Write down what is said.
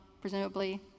presumably